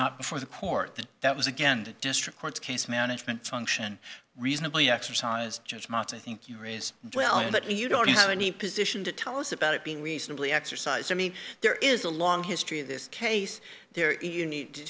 not before the court that that was again the district court's case management function reasonably exercised judgment i think you raise well but you don't have any position to tell us about it being reasonably exercise i mean there is a long history of this case there is a need